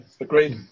agreed